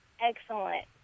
excellent